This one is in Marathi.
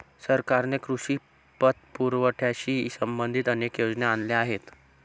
सरकारने कृषी पतपुरवठ्याशी संबंधित अनेक योजना आणल्या आहेत